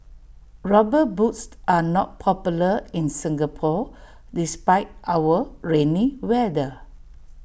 rubber boots are not popular in Singapore despite our rainy weather